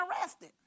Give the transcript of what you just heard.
arrested